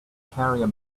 carrier